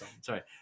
Sorry